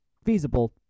feasible